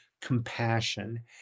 compassion